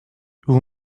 vous